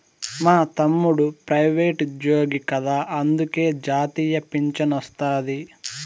మా తమ్ముడు ప్రైవేటుజ్జోగి కదా అందులకే జాతీయ పింఛనొస్తాది